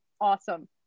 Awesome